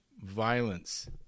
violence